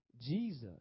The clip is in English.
Jesus